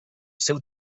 seu